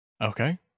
Okay